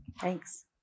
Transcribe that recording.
Thanks